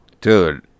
Dude